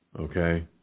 okay